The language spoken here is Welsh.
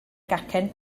gacen